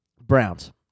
Browns